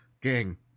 Gang